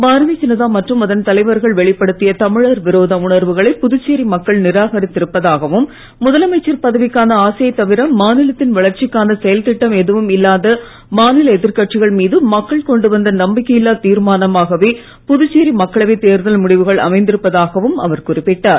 பாரதிய ஜனதா மற்றும் அதன் தலைவர்கள் வெளிப்படுத்திய தமிழர் விரோத உணர்வுகளை புதுச்சேரி மக்கள் நிராகரித்து இருப்பதாகவும் முதலமைச்சர் பதவிக்கான ஆசையைத் தவிர மாநிலத்தின் வளர்ச்சிக்கான செயல்திட்டம் எதுவும் இல்லாத மாநில எதிர்க்கட்சிகள் மீது மக்கள் கொண்டு வந்த நம்பிக்கையில்லா தீர்மானமாகவே புதுச்சேரி மக்களவைத் தேர்தல் முடிவுகள் அமைந்திருப்பதாகவும் அவர் குறிப்பிட்டார்